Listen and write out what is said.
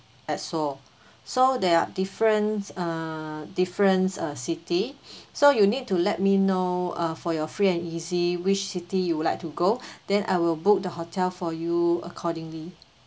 and seoul so there are different uh different uh city so you need to let me know uh for your free and easy which city you would like to go then I will book the hotel for you accordingly